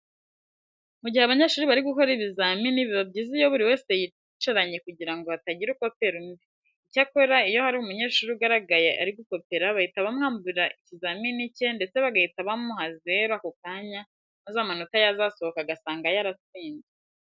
Mu gihe abanyeshuri bari gukora ibizamini biba byiza iyo buri wese yiyicaranye kugira ngo hatagira ukopera undi. Icyakora iyo hari umunyeshuri ugaragaye ari gukopera bahita bamwambura ikizamini cye ndetse bagahita bamuha zero ako kanya maze amanota yazasohoka agasanga yaratsinzwe.